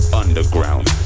underground